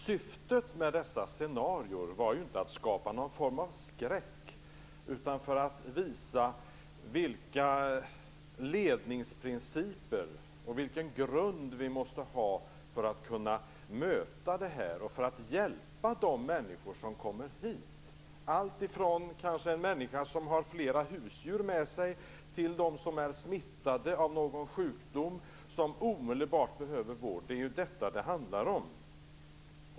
Syftet med dessa scenarion var ju inte att skapa någon form av skräck utan att visa vilka ledningsprinciper och vilken grund vi måste ha för att kunna möta detta och hjälpa de människor som kommer hit. Det handlar om alltifrån en människa som har flera husdjur med sig till en människa som är smittad av någon sjukdom och som omedelbart behöver vård.